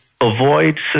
avoid